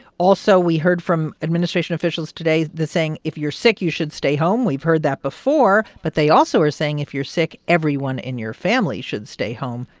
also, we heard from administration officials today saying, if you're sick, you should stay home. we've heard that before. but they also are saying if you're sick, everyone in your family should stay home,